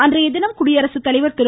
அன்றைய தினம் குடியரசுத்தலைவர் திரு